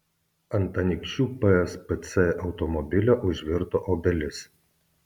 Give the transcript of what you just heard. ant anykščių pspc automobilio užvirto obelis